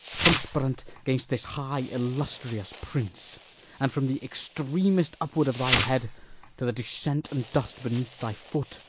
conspirant gainst this high illustrious prince and, from the extremest upward of thy head to the descent and dust beneath thy foot,